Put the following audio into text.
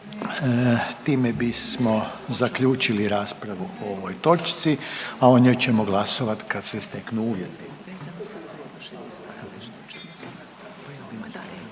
Time bismo zaključili raspravu o ovoj točci, a o njoj ćemo glasovati kad se steknu uvjeti.